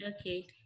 Okay